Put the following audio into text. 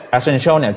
Essential